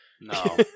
No